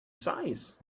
size